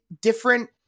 different